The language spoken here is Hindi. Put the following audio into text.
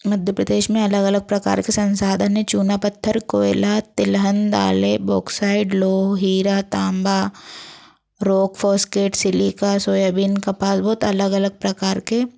मध्य प्रदेश में अलग अलग प्रकार के संसाधन है चूना पत्थर कोयला तिलहन दालें बोक्साइड लौह हीरा तांबा रॉक फॉस्केट सिलिका सोयाबीन कपास बहुत अलग अलग प्रकार के